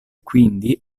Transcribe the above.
quindi